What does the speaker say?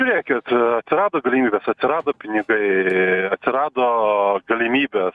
prekės atsirado galimybės atsirado pinigai atsirado galimybės